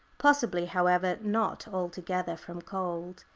possibly, however not altogether from cold.